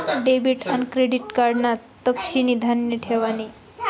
debit आन credit card ना तपशिनी ध्यान ठेवानी